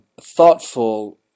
thoughtful